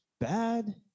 bad